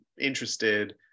interested